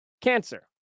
cancer